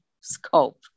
scope